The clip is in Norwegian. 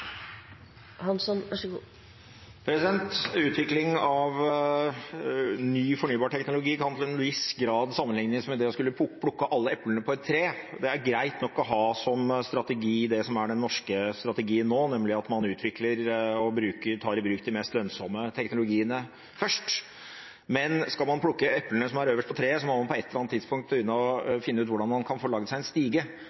Utvikling av ny fornybar teknologi kan til en viss grad sammenliknes med det å skulle plukke alle eplene på et tre: Det er greit nok å ha som strategi det som er den norske strategien nå, nemlig at man utvikler og tar i bruk de mest lønnsomme teknologiene først, men skal man plukke eplene som er øverst i treet, må man på et eller annet tidspunkt begynne å finne ut hvordan man kan få laget seg en stige,